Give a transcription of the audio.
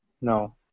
No